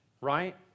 right